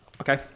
Okay